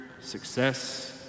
success